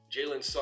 Jalen